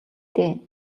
дээ